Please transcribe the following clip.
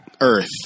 Earth